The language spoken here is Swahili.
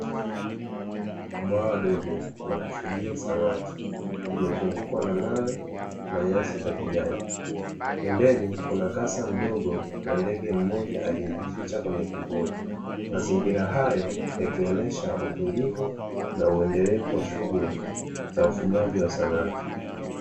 Bwawa dogo la kufugia samaki limezungukwa na mawe na nyasi za kijani. Pembeni kuna kasa mdogo na ndege mmoja aliyejificha kwenye kivuli. Mazingira hayo yakionesha utulivu na uendelevu wa shughuli za ufugaji wa samaki.